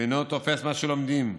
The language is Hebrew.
ואינו תופס מה שלומדים,